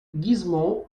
gizmo